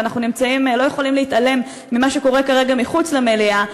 ואנחנו לא יכולים להתעלם ממה שקורה כרגע מחוץ למליאה.